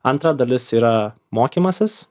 antra dalis yra mokymasis